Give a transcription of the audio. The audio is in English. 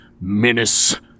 menace